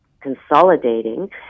consolidating